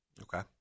Okay